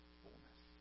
fullness